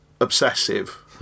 obsessive